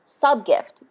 sub-gift